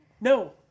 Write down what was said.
No